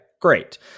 great